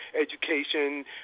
education